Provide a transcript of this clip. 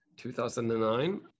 2009